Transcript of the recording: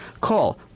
Call